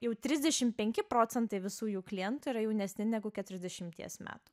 jau trisdešim penki procentai visų jų klientų yra jaunesni negu keturiasdešimties metų